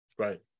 right